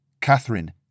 Catherine